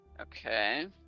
okay